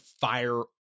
fire